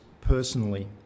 personally